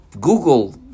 Google